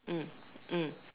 mm mm